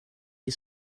est